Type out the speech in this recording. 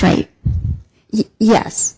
right yes